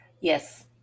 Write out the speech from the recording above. Yes